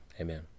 Amen